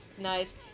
nice